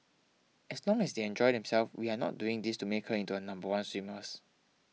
as long as they enjoy themselves we are not doing this to make her into a number one swimmers